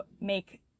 make